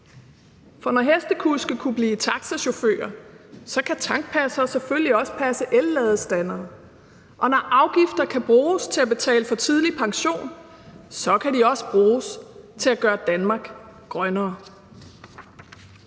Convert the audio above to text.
For når hestekuske kunne blive taxachauffører, kan tankpassere selvfølgelig også passe elladestandere. Og når afgifter kan bruges til at betale tidlig pension, kan de også bruges til at gøre Danmark grønnere.